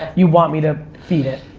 you want me to feed it.